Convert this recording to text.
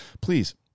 please